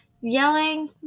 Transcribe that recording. yelling